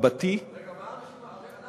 רבתי, רגע, מה הרשימה?